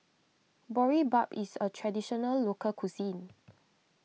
Boribap is a Traditional Local Cuisine